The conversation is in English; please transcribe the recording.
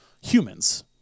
humans